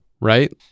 right